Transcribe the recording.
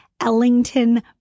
Ellington